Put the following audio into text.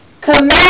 command